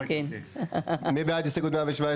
מי בעד הסתייגות 117?